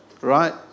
Right